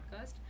podcast